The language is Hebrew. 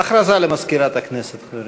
הודעה למזכירת הכנסת.